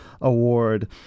Award